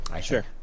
Sure